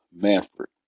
Manfred